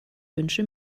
wünsche